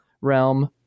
realm